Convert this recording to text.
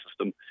system